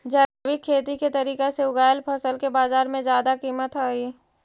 जैविक खेती के तरीका से उगाएल फसल के बाजार में जादा कीमत हई